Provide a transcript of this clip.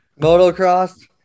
Motocross